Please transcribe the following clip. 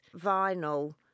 vinyl